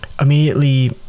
immediately